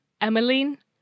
Emmeline